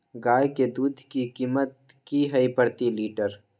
गाय के दूध के कीमत की हई प्रति लिटर?